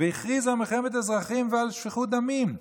והחליטו על מלחמת אזרחים ועל שפיכות דמים.